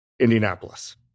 Indianapolis